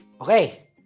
okay